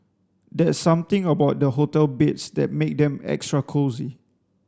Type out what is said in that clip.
there's something about the hotel beds that make them extra cosy